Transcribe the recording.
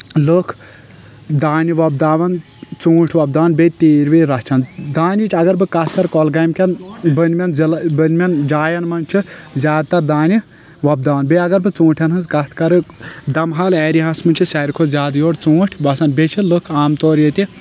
لُکھ دانہِ وۄپداوان ژونٹھۍ وۄپداوان بییٚہِ تیٖر ویٖر رچھان دانٕچۍ اگر بہٕ کتھ کرٕ گۄلگام کٮ۪ن بٔنۍمٮ۪ن ضعلن بٔنۍمٮ۪ن جاین منٛز چھُ زیادٕ تر دانہِ وۄپداوا ن بییٚہِ اگر بہٕ ژوٗنٛٹھٮ۪ن ہنٛز کتھ کرٕ دمہال ایرہا ہس منٛز چھِ سارِوٕے کھۄتہٕ زیادٕ یورٕ ژوٗنٛٹھۍ وسان بییٚہِ چھِ لکھ عام طور ییٚتہِ